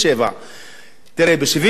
תראה, ב-1977 היה לנו: